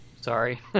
Sorry